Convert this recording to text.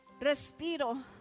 respiro